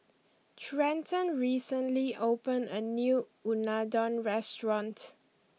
Trenton recently opened a new Unadon restaurant